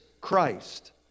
Christ